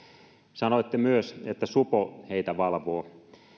sanoitte myös että supo heitä valvoo